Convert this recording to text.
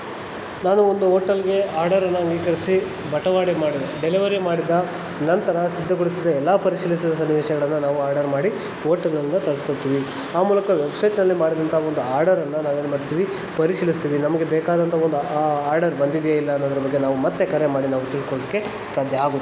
ನಾನು ಒಂದು ಓಟಲ್ಗೆ ಆರ್ಡರನ್ನು ನೀರ್ಕರ್ಸಿ ಬಟವಾಡೆ ಮಾಡಿದೆ ಡೆಲವರಿ ಮಾಡಿದ ನಂತರ ಸಿದ್ಧಪಡಿಸಿದ ಎಲ್ಲ ಪರಿಶೀಲಿಸಿದ ಸನ್ನಿವೇಶಗಳನ್ನು ನಾವು ಆರ್ಡರ್ ಮಾಡಿ ಓಟಲ್ನಿಂದ ತರ್ಸ್ಕೊಳ್ತೀವಿ ಆ ಮೂಲಕ ವೆಬ್ಸೈಟ್ನಲ್ಲಿ ಮಾಡಿದಂಥ ಒಂದು ಆರ್ಡರನ್ನು ನಾವೇನ್ಮಾಡ್ತೀವಿ ಪರಿಶೀಲಿಸ್ತೀವಿ ನಮಗೆ ಬೇಕಾದಂಥ ಒಂದು ಆ ಆರ್ಡರ್ ಬಂದಿದೆಯೇ ಇಲ್ಲ ಅನ್ನೋದರ ಬಗ್ಗೆ ನಾವು ಮತ್ತೆ ಕರೆ ಮಾಡಿ ನಾವು ತಿಳ್ಕೊಳ್ಳೋದ್ಕೆ ಸಾಧ್ಯ ಆಗು